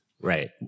Right